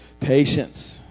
Patience